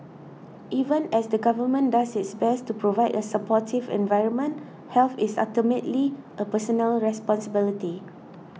even as the government does its best to provide a supportive environment health is ultimately a personal responsibility